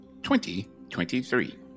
2023